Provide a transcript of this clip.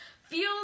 Feel